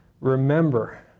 Remember